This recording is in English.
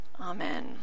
Amen